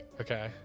okay